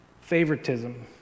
Favoritism